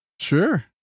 Sure